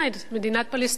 מדינת פלסטין,